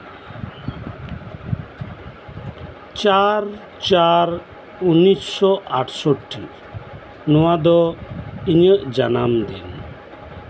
ᱪᱟᱨ ᱪᱟᱨ ᱩᱱᱤᱥ ᱥᱚ ᱟᱴᱥᱚᱴᱴᱤ ᱱᱚᱶᱟ ᱫᱚ ᱤᱧᱟᱹᱜ ᱡᱟᱱᱟᱢ ᱫᱤᱱ